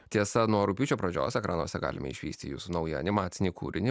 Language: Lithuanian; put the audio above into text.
tiesa nuo rugpjūčio pradžios ekranuose galime išvysti jūsų naują animacinį kūrinį